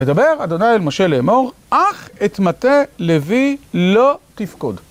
מדבר אדוני אל משה לאמור, אך את מטה לוי לא תפקוד.